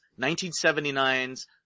1979's